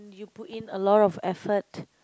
you put in a lot of effort